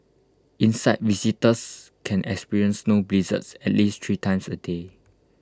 inside visitors can experience snow blizzards at least three times A day